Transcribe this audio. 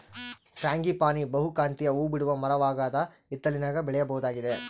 frangipani ಬಹುಕಾಂತೀಯ ಹೂಬಿಡುವ ಮರವಾಗದ ಹಿತ್ತಲಿನಾಗ ಬೆಳೆಯಬಹುದಾಗಿದೆ